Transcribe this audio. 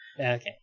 Okay